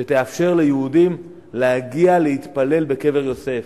שתאפשר ליהודים להגיע להתפלל בקבר-יוסף,